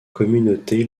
communauté